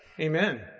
Amen